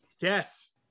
Yes